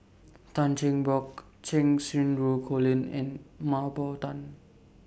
Tan Cheng Bock Cheng Xinru Colin and Mah Bow Tan